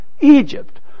Egypt